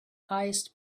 highest